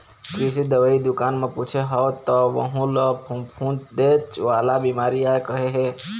कृषि दवई दुकान म पूछे हव त वहूँ ल फफूंदेच वाला बिमारी आय कहे हे